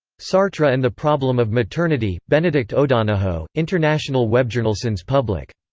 sartre and the problem of maternity, benedict o'donohoe, international webjournalsens public.